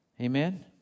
Amen